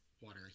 water